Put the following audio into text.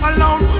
Alone